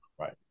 Right